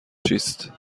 چیست